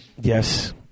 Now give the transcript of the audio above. Yes